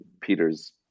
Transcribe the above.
Peter's